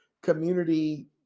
community